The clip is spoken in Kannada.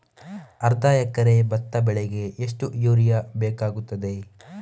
ಅರ್ಧ ಎಕರೆ ಭತ್ತ ಬೆಳೆಗೆ ಎಷ್ಟು ಯೂರಿಯಾ ಬೇಕಾಗುತ್ತದೆ?